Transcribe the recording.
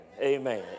Amen